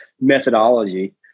methodology